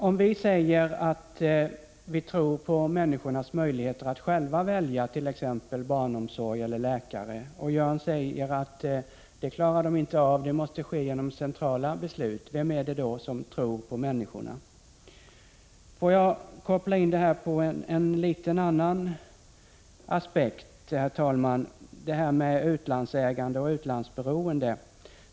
Om vi säger att vi tror på människornas möjlighet att själva välja t.ex. barnomsorg eller läkare och Jörn Svensson säger att de inte klarar av det utan det måste ske genom centrala beslut, vem är det då som tror på människorna? Får jag ta upp en annan aspekt, herr talman, nämligen detta med utlandsägande och utlandsberoende.